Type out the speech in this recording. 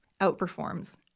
outperforms